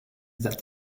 that